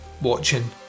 watching